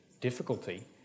difficulty